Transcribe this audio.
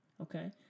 Okay